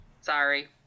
Sorry